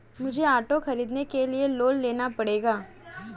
मुझे ऑटो खरीदने के लिए लोन लेना पड़ेगा